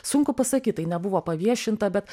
sunku pasakyt tai nebuvo paviešinta bet